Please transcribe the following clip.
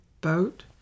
boat